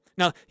Now